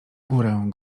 górę